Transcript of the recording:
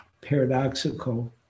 paradoxical